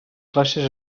classes